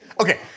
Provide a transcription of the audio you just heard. Okay